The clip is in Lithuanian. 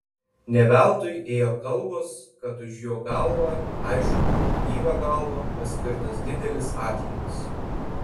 ne veltui ėjo kalbos kad už jo galvą aišku gyvą galvą paskirtas didelis atlygis